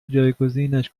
جایگزینش